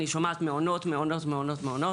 אני שומעת מעונות מעונות מעונות